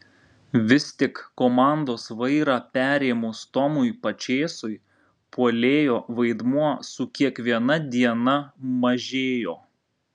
vis tik komandos vairą perėmus tomui pačėsui puolėjo vaidmuo su kiekviena diena mažėjo